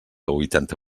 huitanta